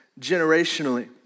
generationally